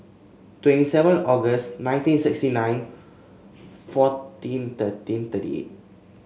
twenty seven August nineteen sixty nine fourteen thirteen thirty eight